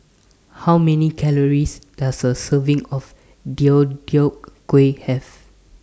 How Many Calories Does A Serving of Deodeok Gui Have